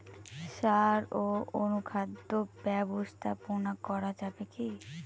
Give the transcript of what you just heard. সাড় ও অনুখাদ্য ব্যবস্থাপনা করা যাবে কি?